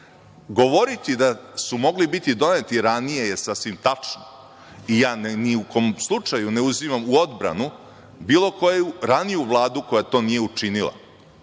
Govoriti da su mogli biti doneti ranije je sasvim tačno i ja ni u kom slučaju ne uzimam u odbranu bilo koju raniju vladu koja to nije učinila,